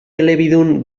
elebidun